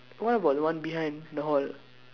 what about the one behind the hall